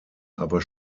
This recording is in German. aber